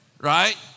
right